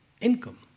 income